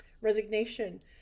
resignation